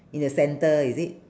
in the center is it